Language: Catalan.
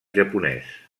japonès